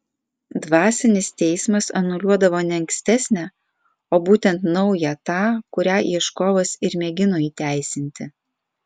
dvasinis teismas anuliuodavo ne ankstesnę o būtent naują tą kurią ieškovas ir mėgino įteisinti